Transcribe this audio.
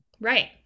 Right